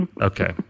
Okay